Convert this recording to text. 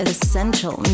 Essential